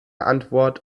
antwort